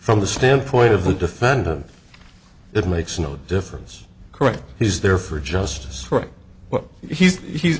from the standpoint of the defendant it makes no difference correct he's there for justice for what he's